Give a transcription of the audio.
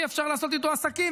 אי-אפשר לעשות איתו עסקים,